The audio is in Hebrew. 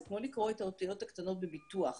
זה כמו לקרוא את האותיות הקטנות בביטוח.